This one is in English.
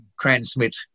transmit